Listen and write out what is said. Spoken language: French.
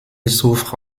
souffre